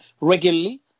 regularly